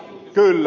kyllä